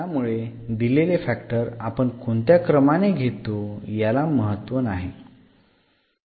त्यामुळे दिलेले फॅक्टर आपण कोणत्या क्रमाने घेतो याला महत्व नाही